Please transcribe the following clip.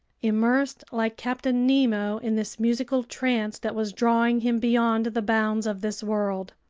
immersed like captain nemo in this musical trance that was drawing him beyond the bounds of this world.